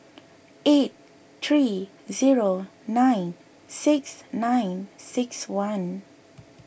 eight three zero nine six nine six one